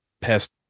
past